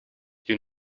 you